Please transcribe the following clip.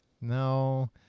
no